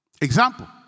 Example